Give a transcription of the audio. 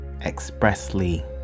expressly